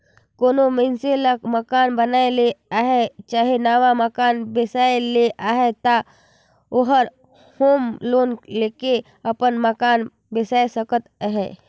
कोनो मइनसे ल मकान बनाए ले अहे चहे नावा मकान बेसाए ले अहे ता ओहर होम लोन लेके अपन मकान बेसाए सकत अहे